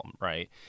right